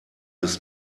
des